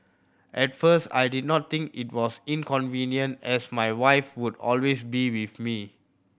at first I did not think it was inconvenient as my wife would always be with me